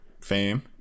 fame